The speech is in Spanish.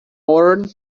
modern